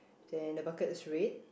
then the bucket is red